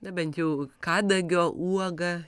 nebent jau kadagio uoga